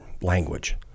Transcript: language